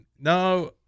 No